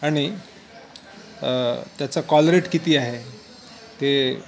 आणि त्याचा कॉलरेट किती आहे ते